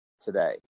today